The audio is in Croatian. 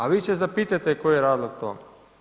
A vi se zapitajte koji je razlog tome.